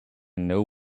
know